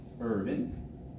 Urban